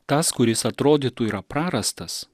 tas kuris atrodytų yra prarastas